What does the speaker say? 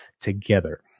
together